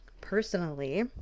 Personally